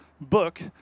book